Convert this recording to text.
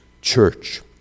church